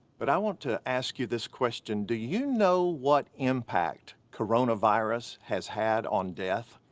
but i want to ask you this question. do you know what impact coronavirus has had on death?